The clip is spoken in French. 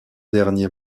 dernier